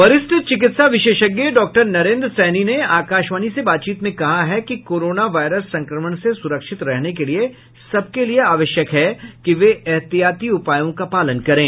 वरिष्ठ चिकित्सा विशेषज्ञ डॉ नरेंद्र सैनी ने आकाशवाणी से बातचीत में कहा है कि कोरोनो वायरस संक्रमण से सुरक्षित रहने के लिए सबके लिए आवश्यक है कि वे एहतियाती उपायों का पालन करें